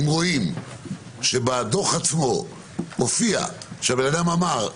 אם רואים שבדוח עצמו מופיע שהבן אדם אמר: